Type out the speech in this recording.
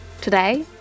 Today